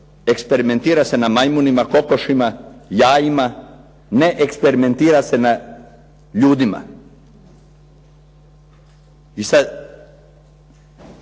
Eksperimentira se na majmunima, kokošima, jajima. Ne eksperimentira se na ljudima. I sada